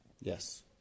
yes